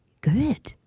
good